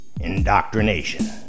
indoctrination